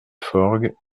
forgues